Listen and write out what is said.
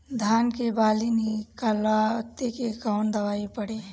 धान के बाली निकलते के कवन दवाई पढ़े?